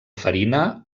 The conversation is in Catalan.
farina